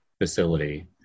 facility